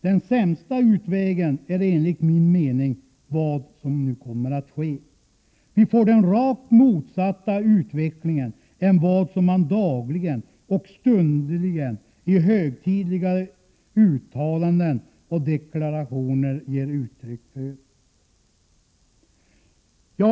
Den sämsta utvägen är enligt min mening det som nu kommer att ske. Vi får den rakt motsatta utvecklingen till vad man dagligen och stundligen i högtidliga uttalanden och deklarationer har givit uttryck för.